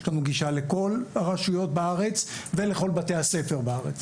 יש לנו גישה לכל הרשויות בארץ ולכל בתי הספר בארץ.